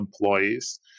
employees